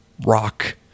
rock